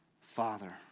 Father